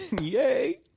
yay